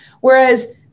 Whereas